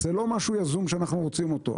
זה לא משהו יזום שאנחנו רוצים אותו.